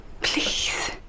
Please